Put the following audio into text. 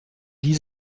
die